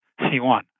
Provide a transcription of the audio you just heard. C1